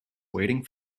waiting